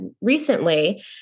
recently